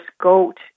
goat